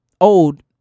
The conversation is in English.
old